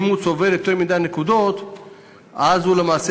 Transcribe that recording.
אם הוא צובר יותר מדי נקודות הוא למעשה